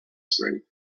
straight